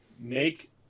Make